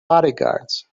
bodyguards